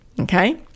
Okay